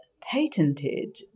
patented